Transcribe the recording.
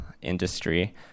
Industry